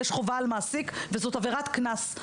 יש חובה על מעסיק, וזאת עבירת קנס.